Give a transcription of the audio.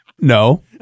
No